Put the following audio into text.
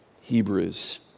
Hebrews